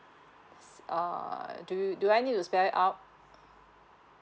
s~ uh do you do I need to spell it out